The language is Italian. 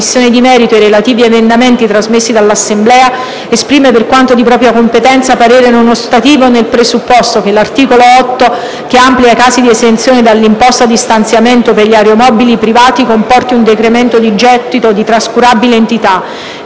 Commissione di merito ed i relativi emendamenti, trasmessi dall'Assemblea, esprime, per quanto di propria competenza, parere non ostativo, nel presupposto che: - l'articolo 8 - che amplia i casi di esenzione dall'imposta di stazionamento per gli aeromobili privati - comporti un decremento di gettito di trascurabile entità;